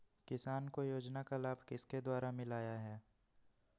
किसान को योजना का लाभ किसके द्वारा मिलाया है?